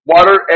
Water